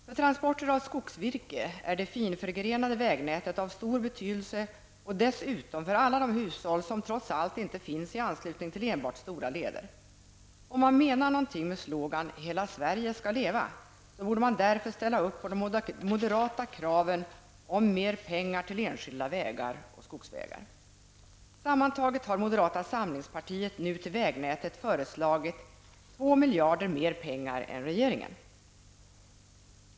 För transporter av skogsvirke är det finförgrenade vägnätet av stor betydelse och dessutom för alla de hushåll som trots allt inte finns i anslutning till enbart stora leder. Om man menar någonting med sloganen: ''Hela Sverige skall leva'', så borde man därför ställa upp på de moderata kraven om mer pengar till enskilda vägar och skogsvägar. Sammantaget har moderata samlingspartiet nu till vägnätet föreslagit 2 miljarder mer än regeringen.